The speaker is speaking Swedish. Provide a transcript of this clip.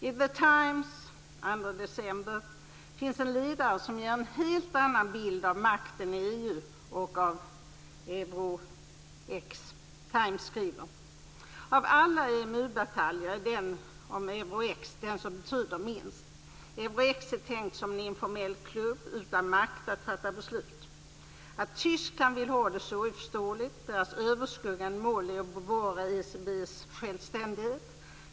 I The Times av den 2 december finns det en ledare som ger en helt annan bild av makten i EU och av Euro-X. Det står så här: "Av alla EMU-bataljer, är den om Euro-X den som betyder minst. Euro-X är tänkt som en informell klubb utan makt att fatta beslut. Att Tyskland vill ha det så är förståeligt. Deras överskuggande mål är att bevara ECB:s självständighet.